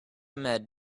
ahmed